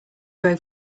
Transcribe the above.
grow